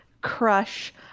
crush